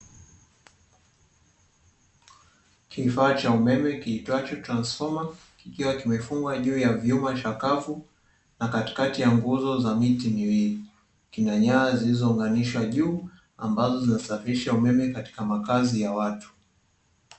Kifaa cha umeme kiitwacho transfoma kikiwa kimefungwa juu ya vyuma chakavu, na katikati ya nguzo za miti miwili. Kina nyaya zilizounganishwa juu, ambazo zinasafirisha umeme katika makazi ya watu.